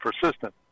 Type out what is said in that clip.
persistent